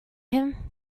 him